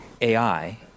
AI